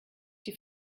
die